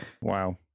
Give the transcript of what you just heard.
Wow